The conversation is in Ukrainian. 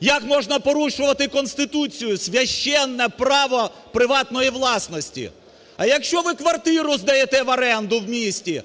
Як можна порушувати Конституцію, священне право приватної власності?! А якщо ви квартиру здаєте в оренду в місті